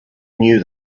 knew